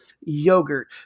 yogurt